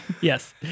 Yes